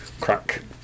crack